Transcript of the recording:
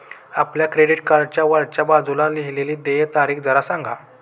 आपल्या क्रेडिट कार्डच्या वरच्या बाजूला लिहिलेली देय तारीख जरा सांगा